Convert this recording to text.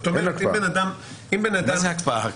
מה זה הקפאה?